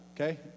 Okay